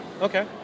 Okay